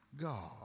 God